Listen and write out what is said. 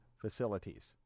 facilities